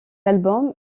album